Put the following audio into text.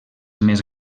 més